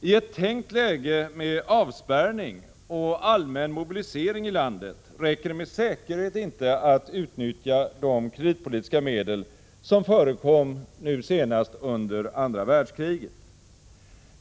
I ett tänkt läge med avspärrning och allmän mobilisering i landet räcker det med säkerhet inte att utnyttja de kreditpolitiska medel som förekom under andra världskriget.